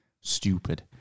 stupid